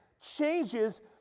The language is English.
changes